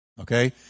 okay